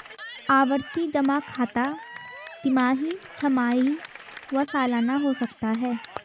आवर्ती जमा खाता तिमाही, छमाही व सलाना हो सकता है